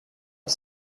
are